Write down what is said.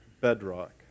bedrock